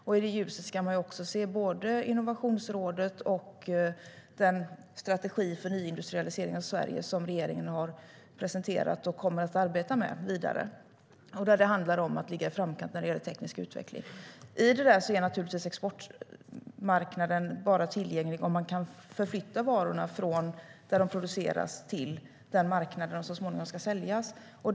Exportmarknaden är ju bara tillgänglig om man kan förflytta varorna från där de produceras till den marknad som produkterna så småningom ska säljas på.